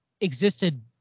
existed